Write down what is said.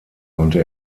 konnte